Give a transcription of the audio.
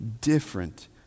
different